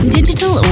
Digital